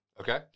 Okay